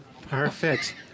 Perfect